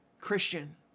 Christian